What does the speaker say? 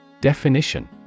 Definition